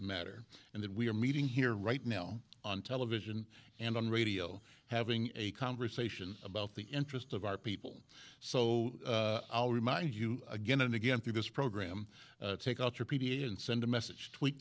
matter and that we are meeting here right now on television and on radio having a conversation about the interest of our people so i'll remind you again and again through this program take out your p t a and send a message twe